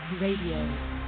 Radio